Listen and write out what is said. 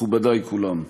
מכובדי כולם,